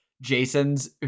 Jasons